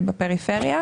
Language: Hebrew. בפריפריה.